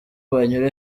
banyura